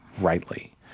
rightly